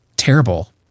terrible